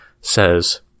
says